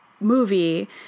movie